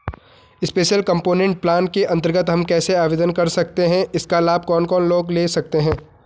Special component plan के अन्तर्गत हम कैसे आवेदन कर सकते हैं इसका लाभ कौन कौन लोग ले सकते हैं?